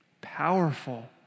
Powerful